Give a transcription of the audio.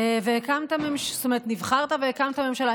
והקמת, זאת אומרת, נבחרת והקמת ממשלה.